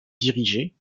diriger